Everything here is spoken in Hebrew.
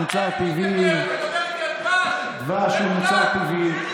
מוצר טבעי, משה ארבל (ש"ס): אתה מדבר על מחירים?